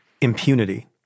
impunity